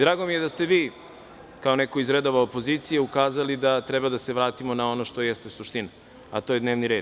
Drago mi je da ste vi, kao neko iz redova opozicije, ukazali da treba da se vratimo na ono što jeste suština, a to je dnevni red.